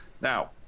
Now